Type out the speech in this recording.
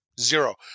zero